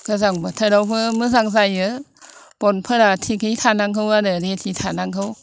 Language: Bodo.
गोजां बोथोरावबो मोजां जायो बनफोरा थिगै थानांगौ रेडि थानांगौ